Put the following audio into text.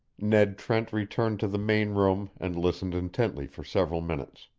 ned trent returned to the main room and listened intently for several minutes.